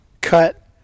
cut